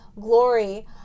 glory